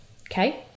Okay